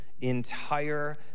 entire